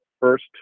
first